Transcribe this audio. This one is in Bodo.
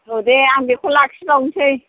औ दे आं बेखौ लाखिबावनोसै